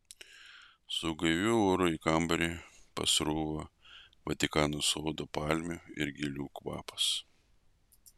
su gaiviu oru į kambarį pasruvo vatikano sodo palmių ir gėlių kvapas